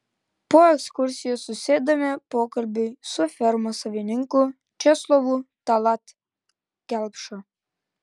po ekskursijos susėdame pokalbiui su fermos savininku česlovu tallat kelpša